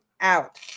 out